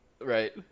Right